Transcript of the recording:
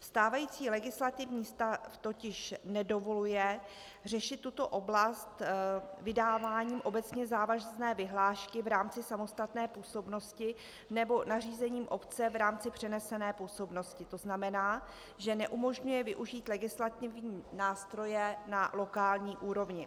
Stávající legislativní stav totiž nedovoluje řešit tuto oblast vydáváním obecně závazné vyhlášky v rámci samostatné působnosti nebo nařízením obce v rámci přenesené působnosti, to znamená, že neumožňuje využít legislativní nástroje na lokální úrovni.